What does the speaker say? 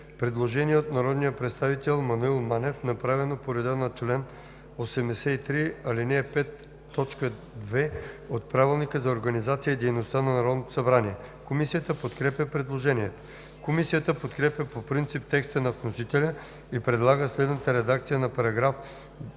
предложение на народния представител Менда Стоянова, направено по реда на чл. 83, ал. 5. т. 2 от Правилника за организацията и дейността на Народното събрание: Комисията подкрепя предложението. Комисията подкрепя по принцип текста на вносителя и предлага следната редакция на §